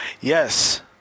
Yes